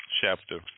chapter